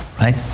right